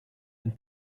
and